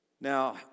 Now